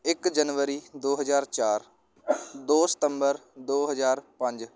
ਇੱਕ ਜਨਵਰੀ ਦੋ ਹਜ਼ਾਰ ਚਾਰ ਦੋ ਸਤੰਬਰ ਦੋ ਹਜ਼ਾਰ ਪੰਜ